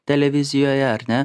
televizijoje ar ne